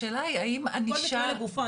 כל מקרה לגופו.